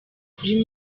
kuri